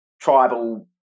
tribal